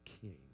king